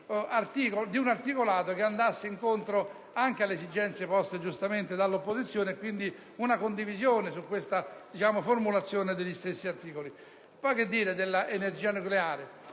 di un articolato che vada incontro anche alle esigenze poste giustamente dall'opposizione affinché si giunga ad una condivisione nella formulazione degli stessi articoli.